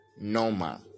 normal